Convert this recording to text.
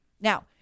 Now